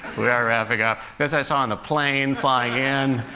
we are wrapping up. this i saw on the plane, flying in,